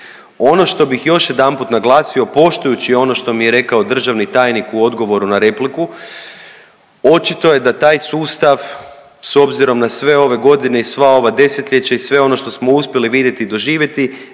Ono što bih još jedanput naglasio poštujući ono što mi je rekao državni tajnik u odgovoru na repliku, očito je da taj sustav s obzirom na sve ove godine i sva ova desetljeća i sve ono što smo uspjeli vidjeti i doživjeti